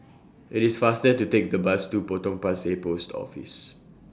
IT IS faster to Take The Bus to Potong Pasir Post Office